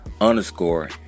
underscore